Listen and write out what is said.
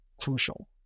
crucial